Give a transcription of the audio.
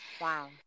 Wow